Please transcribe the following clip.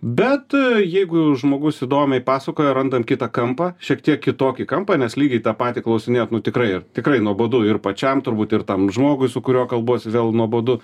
bet jeigu žmogus įdomiai pasakoja randam kitą kampą šiek tiek kitokį kampą nes lygiai tą patį klausinėt nu tikrai ir tikrai nuobodu ir pačiam turbūt ir tam žmogui su kuriuo kalbuosi vėl nuobodu